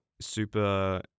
super